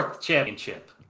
championship